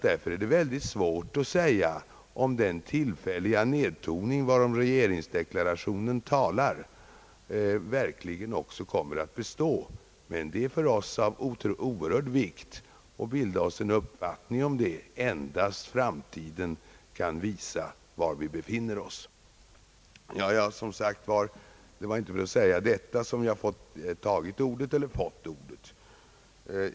Därför är det mycket svårt att säga om den tillfälliga nedtoning, varom regeringsdeklarationen talar, verkligen också kommer att bestå, men det är för oss av oerhört stor vikt att bilda oss en uppfattning om det. Endast framtiden kan visa var vi befinner oss. Det var som sagt inte för att säga detta som jag fått ordet.